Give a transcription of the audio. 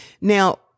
Now